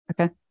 Okay